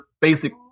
basic